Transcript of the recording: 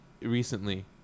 recently